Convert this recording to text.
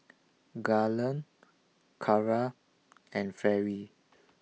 Garland Carra and Ferris